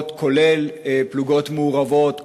כולל פלוגות מעורבות,